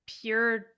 pure